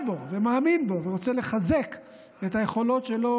בו ומאמין בו ורוצה לחזק את היכולות שלו,